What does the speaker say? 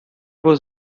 was